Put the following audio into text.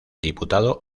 diputado